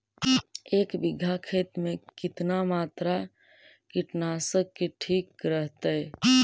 एक बीघा खेत में कितना मात्रा कीटनाशक के ठिक रहतय?